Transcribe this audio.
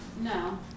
No